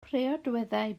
priodweddau